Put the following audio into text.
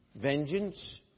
vengeance